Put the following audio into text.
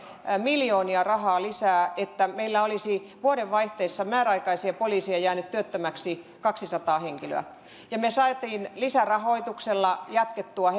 miljoonia rahaa lisää meillä olisi vuodenvaihteessa määräaikaisia poliiseja jäänyt työttömäksi kaksisataa henkilöä ja me saimme lisärahoituksella jatkettua